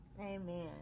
Amen